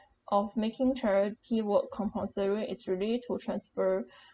of making charity work compulsory is really to transfer